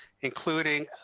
including